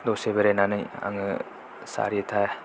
दसे बेरायनानै आङो सारिथा